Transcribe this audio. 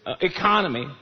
economy